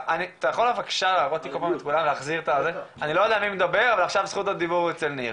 אני לא יודע מי מדבר אבל עכשיו זכות הדיבור אצל ניר,